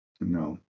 No